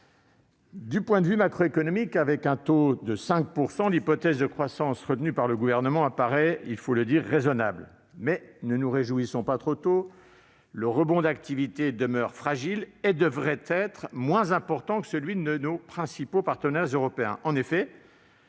Du point de vue macroéconomique, avec un taux de 5 %, l'hypothèse de croissance retenue par le Gouvernement apparaît- il faut le dire -raisonnable. Mais ne nous réjouissons pas trop tôt : le rebond d'activité demeure fragile et devrait être moins important que celui de nos principaux partenaires européens.